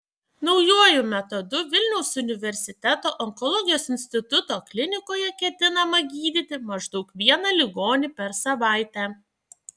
naujuoju metodu vilniaus universiteto onkologijos instituto klinikoje ketinama gydyti maždaug vieną ligonį per savaitę